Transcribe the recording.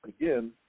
again